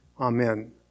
Amen